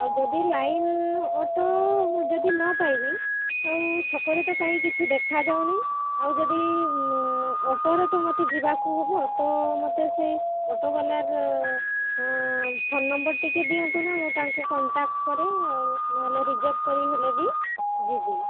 ଆଉ ଯଦି line auto ଯଦି ନ ପାଇବି ଆଉ ଛକରେ ତ କାହିଁ କିଛି ଦେଖା ଯାଉନି ଆଉ ଯଦି ଅଟୋରେ ତ ମୋତେ ଯିବାକୁ ହେବ ତ ମୋତେ ସେଇ ଅଟୋବାଲାର ଫୋନ୍ ନମ୍ବର ଟିକେ ଦିଅନ୍ତୁନା ମୁଁ ତାଙ୍କୁ କଣ୍ଟାକ୍ କରେ ଆଉ ନହେଲେ ରିଜର୍ଭ କରିକି ହେଲେ ବି ଯିବି